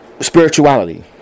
Spirituality